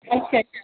अच्छा अच्छा